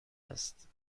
است